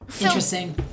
interesting